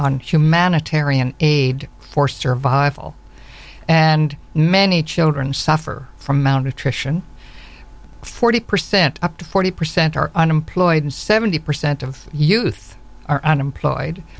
humanitarian aid for survival and many children suffer from mt attrition forty percent up to forty percent are unemployed and seventy percent of youth are unemployed